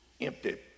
empty